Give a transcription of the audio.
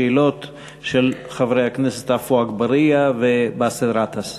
שאלות של חברי הכנסת עפו אגבאריה ובאסל גטאס.